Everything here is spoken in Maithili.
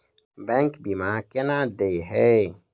बैंक बीमा केना देय है?